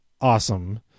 awesome